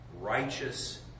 righteous